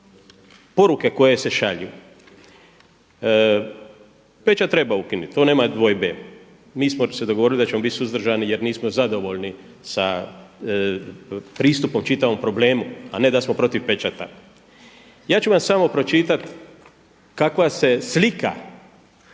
poruke koje se šalju. Pečat treba ukinuti, to nema dvojbe. Mi smo se dogovorili da ćemo biti suzdržani jer nismo zadovoljni sa pristupom čitavom problemu, a ne da smo protiv pečata. Ja ću vam samo pročitati kakva se slika